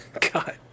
God